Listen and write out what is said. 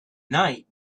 night